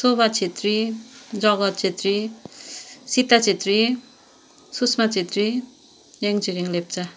Shobha Chhetri Jagat Chhetri Sita Chhetri Sushma Chhetri Yang Tshering Lepcha